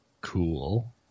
cool